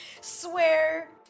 swear